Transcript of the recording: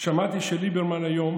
שמעתי שליברמן היום